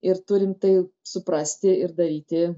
ir turim tai suprasti ir daryti